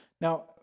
Now